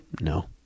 No